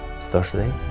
Thursday